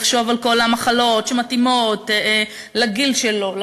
יחשוב על כל המחלות שמתאימות לגיל שלו,